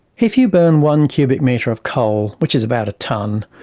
if you burn one cubic metre of coal, which is about a tonne,